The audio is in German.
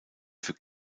für